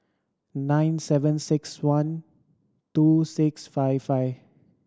nine seven six one two six five five